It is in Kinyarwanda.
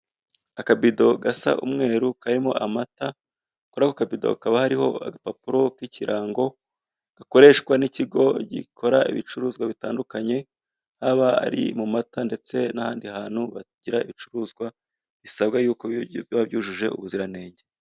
Akabido gasa umweru karimo amata, kuri ako kabido hakaba kariho agapapuro k'ikirango gakoreshwa n'ikigo gikora ibicuruzwa bitandukanye, haba ari mu mata ndetse n'ahandi hantu bagira ibicuruzwa bisabwa yuko bigurwa byujuje ubuziranenge.